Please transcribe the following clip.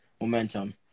momentum